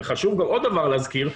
וחשוב גם עוד דבר להזכיר,